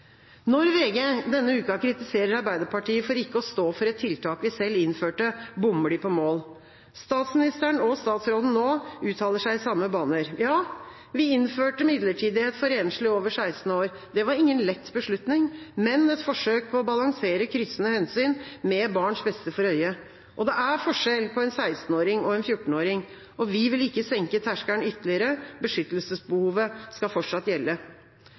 Når VG denne uka kritiserer Arbeiderpartiet for ikke å stå for et tiltak vi innførte, bommer de på mål. Statsministeren, og statsråden nå, uttaler seg i samme baner. Ja, vi innførte midlertidighet for enslige over 16 år. Det var ingen lett beslutning, men et forsøk på å balansere kryssende hensyn med barns beste for øye. Det er forskjell på en 16-åring og en 14-åring. Vi vil ikke senke terskelen ytterligere. Beskyttelsesbehovet skal fortsatt gjelde.